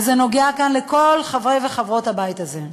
וזה נוגע כאן לכל חברי וחברות הבית הזה.